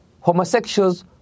homosexuals